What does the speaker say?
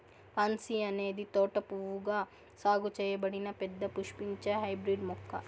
pansy అనేది తోట పువ్వుగా సాగు చేయబడిన పెద్ద పుష్పించే హైబ్రిడ్ మొక్క